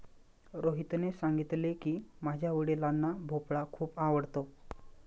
रोहितने सांगितले की, माझ्या वडिलांना भोपळा खूप आवडतो